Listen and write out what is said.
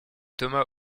thomas